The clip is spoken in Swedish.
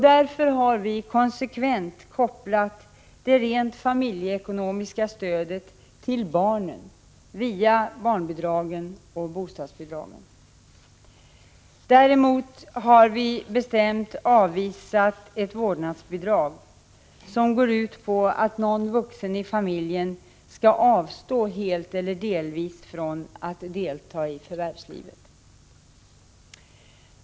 Därför har vi konsekvent kopplat det rent familjeekonomiska stödet till barnen via barnbidragen och bostadsbidragen. Däremot har vi bestämt avvisat ett vårdnadsbidrag som går ut på att någon vuxen i familjen skall avstå helt eller delvis från att delta i förvärvslivet.